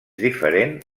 diferent